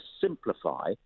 simplify